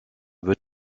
wird